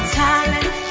talent